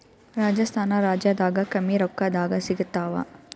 ರಾಜಸ್ಥಾನ ರಾಜ್ಯದಾಗ ಕಮ್ಮಿ ರೊಕ್ಕದಾಗ ಸಿಗತ್ತಾವಾ?